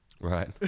Right